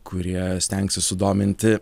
kurie stengsis sudominti